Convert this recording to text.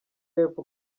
y’epfo